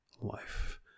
life